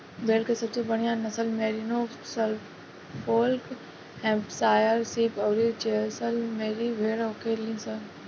भेड़ के सबसे बढ़ियां नसल मैरिनो, सफोल्क, हैम्पशायर शीप अउरी जैसलमेरी भेड़ होखेली सन